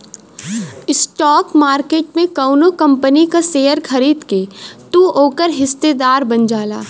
stock market में कउनो company क शेयर खरीद के तू ओकर हिस्सेदार बन जाला